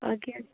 okay